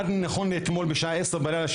עד נכון לאתמול בשעה עשר בלילה,